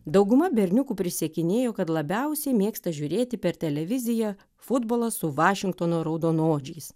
dauguma berniukų prisiekinėjo kad labiausiai mėgsta žiūrėti per televiziją futbolą su vašingtono raudonodžiais